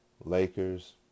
Lakers